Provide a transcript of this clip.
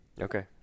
Okay